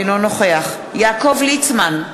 אינו נוכח יעקב ליצמן,